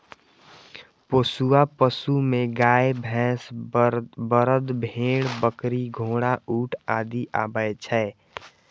पोसुआ पशु मे गाय, भैंस, बरद, भेड़, बकरी, घोड़ा, ऊंट आदि आबै छै